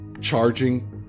charging